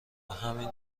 همین